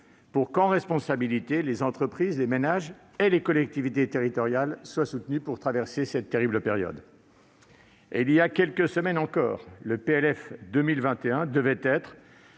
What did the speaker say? pour que les entreprises, les ménages et les collectivités territoriales soient soutenus pour traverser cette terrible période. Il y a quelques semaines encore, le PLF pour 2021 devait être